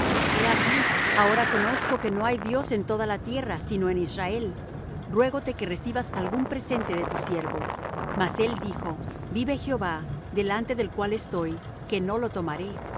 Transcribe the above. he aquí ahora conozco que no hay dios en toda la tierra sino en israel ruégote que recibas algún presente de tu siervo mas él dijo vive jehová delante del cual estoy que no lo tomaré